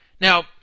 Now